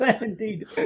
indeed